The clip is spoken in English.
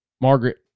Margaret